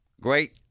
great